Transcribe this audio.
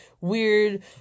weird